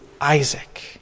Isaac